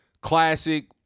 classic